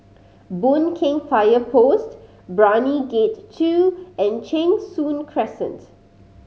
Boon Keng Fire Post Brani Gate Two and Cheng Soon Crescent